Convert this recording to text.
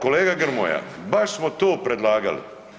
Kolega Grmoja, baš smo to predlagali.